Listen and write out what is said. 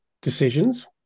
decisions